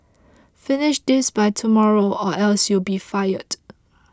finish this by tomorrow or else you'll be fired